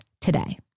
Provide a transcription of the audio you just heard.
today